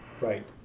Right